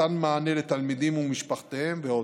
מתן מענה לתלמידים ומשפחותיהם ועוד.